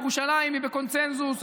ירושלים היא בקונסנזוס,